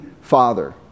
father